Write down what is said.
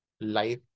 life